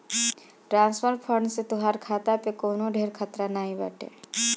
transfer fund से तोहार खाता पअ कवनो ढेर खतरा नाइ बाटे